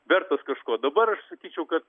vertas kažko dabar aš sakyčiau kad